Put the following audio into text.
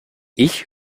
ich